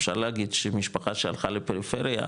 אפשר להגיד שמשפחה שהלכה לפריפריה,